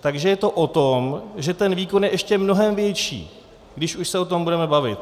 Takže je to o tom, že ten výkon je ještě mnohem větší, když už se o tom budeme bavit.